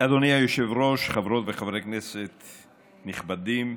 וחברי כנסת נכבדים,